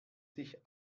sich